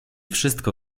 wszystko